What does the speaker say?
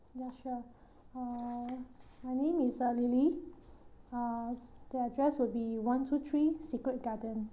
ya sure uh my name is uh lily uh the address will be one two three secret garden